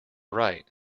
right